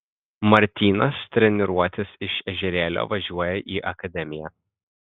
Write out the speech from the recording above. martynas treniruotis iš ežerėlio važiuoja į akademiją